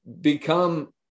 become